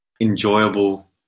enjoyable